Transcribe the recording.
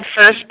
first